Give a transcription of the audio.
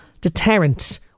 deterrent